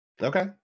Okay